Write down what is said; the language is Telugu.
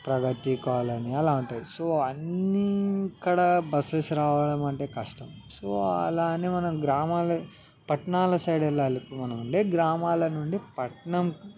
ప్రగతి కాలని అలా ఉంటాయి సో అన్నీ ఇక్కడ బసెస్ రావడం అంటే కష్టం సో అలానే మనం గ్రామాల్లో పట్టణాల సైడ్ వెళ్ళాలి ఇప్పుడు మనం అంటే గ్రామాల నుండి పట్టణం